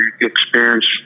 experience